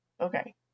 Okay